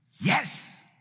yes